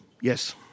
yes